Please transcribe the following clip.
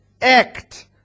act